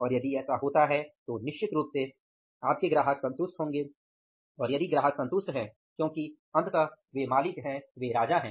और यदि ऐसा होता है तो निश्चित रूप से आपके ग्राहक संतुष्ट होंगे और यदि ग्राहक संतुष्ट हैं क्योंकि अंततः वे मालिक हैं वे राजा हैं